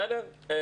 בסדר?